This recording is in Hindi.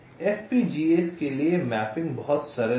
इसलिए FPGAs के लिए मैपिंग बहुत सरल है